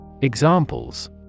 Examples